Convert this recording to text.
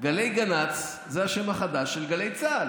גלי גנ"צ זה השם החדש של גלי צה"ל.